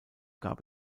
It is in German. gab